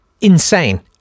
insane